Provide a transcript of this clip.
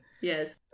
Yes